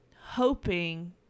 hoping